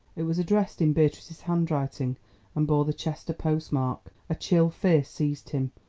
it was addressed in beatrice's handwriting and bore the chester postmark. a chill fear seized him.